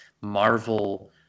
Marvel